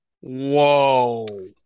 Whoa